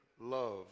love